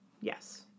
Yes